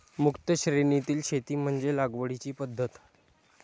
मुक्त श्रेणीतील शेती म्हणजे लागवडीची पद्धत